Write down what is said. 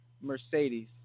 Mercedes